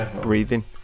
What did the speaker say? breathing